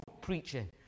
preaching